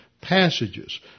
passages